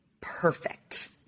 perfect